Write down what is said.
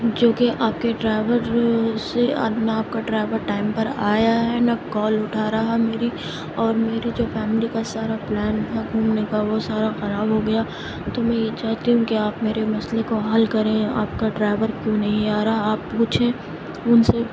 جو کہ آپ کے ڈرائیور اسے نہ آپ کا ڈرائیور ٹائم پر آیا ہے نہ کال اٹھا رہا ہے میری اور میری جو فیلمی کا سارا پلان تھا گھومنے کا وہ سارا خراب ہو گیا تو میں یہ چاہتی ہوں کہ آپ میرے مسئلے کو حل کریں یا آپ کا ڈرائیور کیوں نہیں آ رہا آپ پوچھیں ان سے